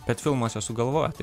bet filmuose sugalvoti